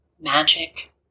magic